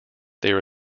there